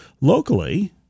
locally